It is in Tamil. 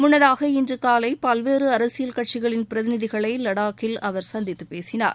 முன்னதாக இன்று காலை பல்வேறு அரசியல் கட்சிகளின் பிரதிநிதிகளை லாடக்கில் அவர் சந்தித்துப் பேசினார்